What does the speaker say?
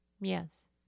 Yes